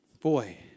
boy